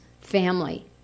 family